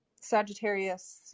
Sagittarius